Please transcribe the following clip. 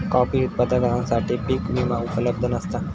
coffee उत्पादकांसाठी पीक विमा उपलब्ध नसता